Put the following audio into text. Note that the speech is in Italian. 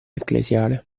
ecclesiale